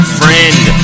friend